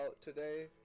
today